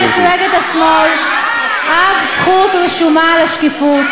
במפלגת השמאל אף זכות רשומה על השקיפות.